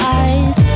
eyes